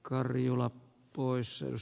arvoisa puhemies